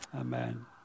Amen